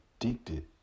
addicted